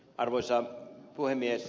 arvoisa puhemies